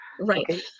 Right